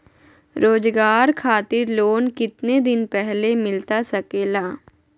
रोजगार खातिर लोन कितने दिन पहले मिलता सके ला?